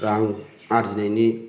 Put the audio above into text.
रां आर्जिनायनि